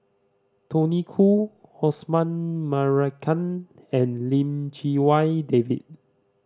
Tony Khoo Osman Merican and Lim Chee Wai David